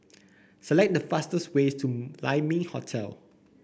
select the fastest way to Lai Ming Hotel